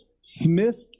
Smith